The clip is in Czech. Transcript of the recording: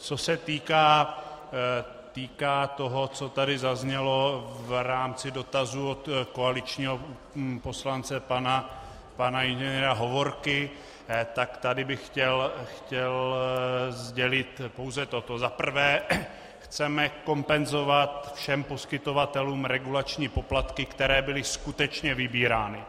Co se týká toho, co tady zaznělo v rámci dotazů od koaličního poslance pana Ing. Hovorky, tak tady bych chtěl sdělit pouze toto: Za prvé chceme kompenzovat všem poskytovatelům regulační poplatky, které byly skutečně vybírány.